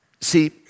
See